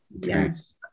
Yes